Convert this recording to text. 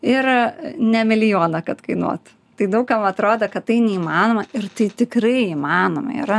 ir ne milijoną kad kainuotų tai daug kam atrodo kad tai neįmanoma ir tai tikrai įmanoma yra